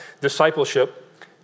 discipleship